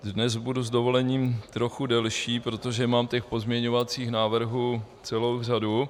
Dnes budu s dovolením trochu delší, protože mám těch pozměňovacích návrhů celou řadu.